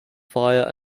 fire